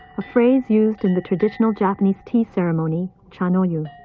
a phrase used in the traditional japanese tea ceremony chanoyu.